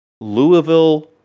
Louisville